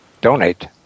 donate